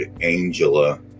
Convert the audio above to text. Angela